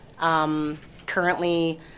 currently